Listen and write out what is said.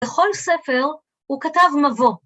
בכל ספר הוא כתב מבוא.